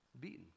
Beaten